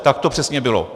Tak to přesně bylo.